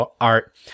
art